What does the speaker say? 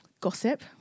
Gossip